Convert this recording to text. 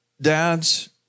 Dads